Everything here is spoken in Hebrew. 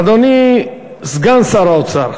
אדוני סגן שר האוצר,